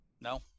No